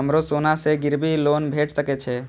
हमरो सोना से गिरबी लोन भेट सके छे?